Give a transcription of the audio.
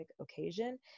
occasion